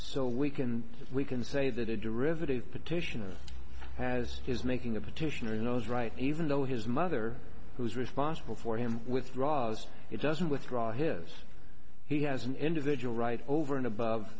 so we can we can say that a derivative petition has his making a petition you know is right even though his mother who is responsible for him with ra's it doesn't withdraw his he has an individual right over and above